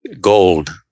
gold